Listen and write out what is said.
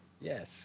Yes